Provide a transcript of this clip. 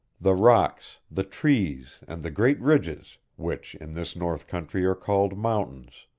the rocks, the trees, and the great ridges, which in this north country are called mountains,